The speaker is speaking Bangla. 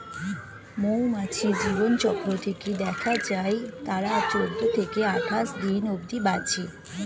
মৌমাছির জীবনচক্র থেকে দেখা যায় তারা চৌদ্দ থেকে আটাশ দিন অব্ধি বাঁচে